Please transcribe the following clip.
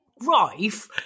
Rife